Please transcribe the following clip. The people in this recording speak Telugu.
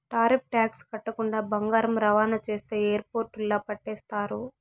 టారిఫ్ టాక్స్ కట్టకుండా బంగారం రవాణా చేస్తే ఎయిర్పోర్టుల్ల పట్టేస్తారు